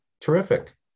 Terrific